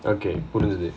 okay put as this